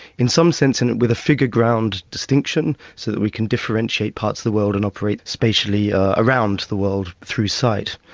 in some sense and with a figure ground distinction, so that we can differentiate parts of the world and operate spatially ah around the world, through sight.